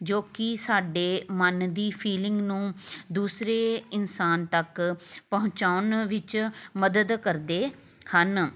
ਜੋ ਕਿ ਸਾਡੇ ਮਨ ਦੀ ਫੀਲਿੰਗ ਨੂੰ ਦੂਸਰੇ ਇਨਸਾਨ ਤੱਕ ਪਹੁੰਚਾਉਣ ਵਿੱਚ ਮਦਦ ਕਰਦੇ ਹਨ